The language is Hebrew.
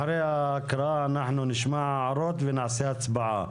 אחרי ההקראה נשמע הערות ונעשה הצבעה.